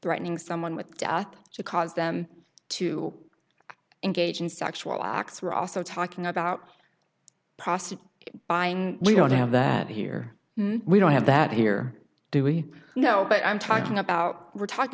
threatening someone with death to cause them to engage in sexual acts we're also talking about possible buying we don't have that here we don't have that here do we know but i'm talking about we're talking